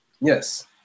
yes